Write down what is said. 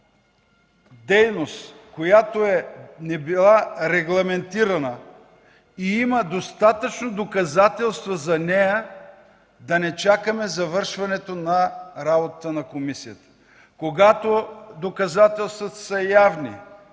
дейност, която не е била регламентирана и има достатъчно доказателства, да не чакаме завършване на работата на комисията.